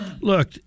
Look